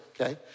Okay